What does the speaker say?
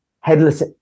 headless